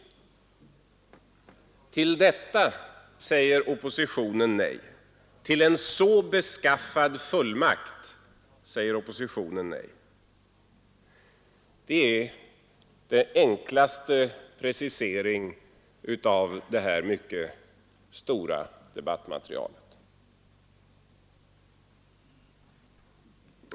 Till en så beskaffad fullmakt säger oppositionen nej. Det är den enklaste preciseringen av detta mycket stora debattmaterial.